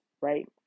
right